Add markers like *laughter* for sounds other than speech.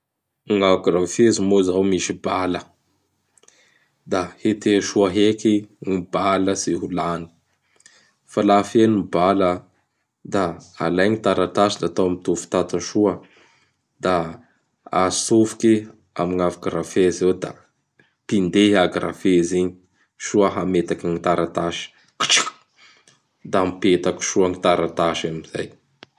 Gn' agraffeuse moa zao misy bala; *noise* da hetea soa heky gn bala tsy ho lany. *noise* Fa laha feno n bala da alay gn taratasy da atao mitovy tata soa; da atsofoky amin gn'agraffeuse ao da pindeha i agraffeuse igny soa hametaky gn taratasy; *noise* da mipetraky soa gn taratasy am zay.